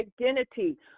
identity